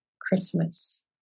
Christmas